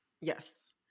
Yes